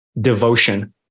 devotion